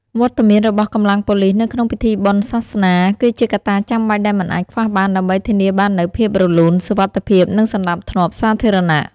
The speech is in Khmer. វត្តមានរបស់កម្លាំងប៉ូលិសនៅក្នុងពិធីបុណ្យសាសនា គឺជាកត្តាចាំបាច់ដែលមិនអាចខ្វះបាន ដើម្បីធានាបាននូវភាពរលូន សុវត្ថិភាព និងសណ្តាប់ធ្នាប់សាធារណៈ។